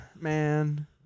man